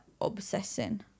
obsessing